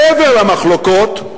מעבר למחלוקות,